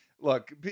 look